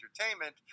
entertainment